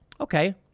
Okay